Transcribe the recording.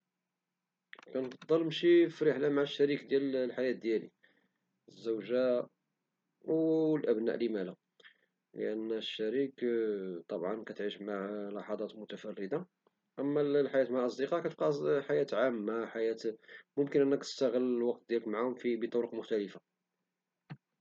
كنفضل نمشي في رحلة مع الشريك ديال الحياة، الزوجة والأبناء لما لا، لأن الشريك كتعيش معه لحظات متفردة، أما الحياة مع الأصدقاء فكتبقا حياة عامة ممكن أنك تستغل الوقت معهم بطرق مختلفة.